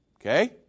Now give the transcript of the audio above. Okay